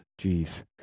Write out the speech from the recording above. Jeez